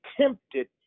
tempted